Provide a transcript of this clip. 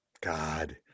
God